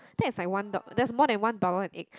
then is like one dol~ that's more than one dollar an egg